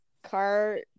car